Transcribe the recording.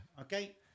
Okay